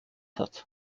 hat